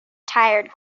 tired